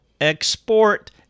export